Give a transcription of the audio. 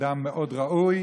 אדם מאוד ראוי,